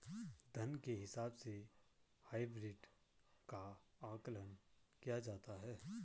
धन के हिसाब से हाइब्रिड का आकलन किया जाता है